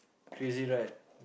crazy right